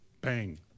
bang